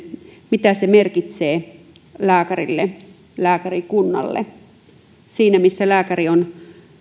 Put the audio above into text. mitä se merkitsee lääkärille lääkärikunnalle siinä missä lääkäri on